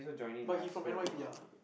but he from n_y_p ah